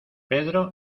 pedro